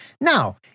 Now